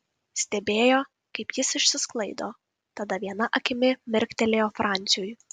stebėjo kaip jis išsisklaido tada viena akimi mirktelėjo franciui